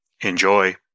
Enjoy